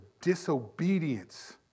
disobedience